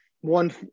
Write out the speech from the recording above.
one